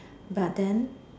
but then